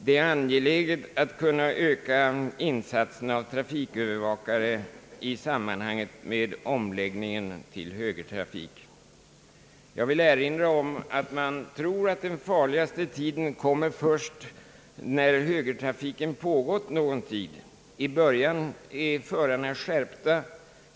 Det är angeläget att kunna öka insatserna av trafikövervakare i samband med omläggningen till högertrafik. Jag vill erinra om att man tror att den farligaste tiden kommer först när högertrafiken. pågått någon tid. I början är förarna skärpta.